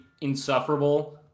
insufferable